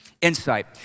insight